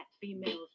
females